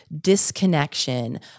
disconnection